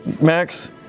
Max